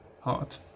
heart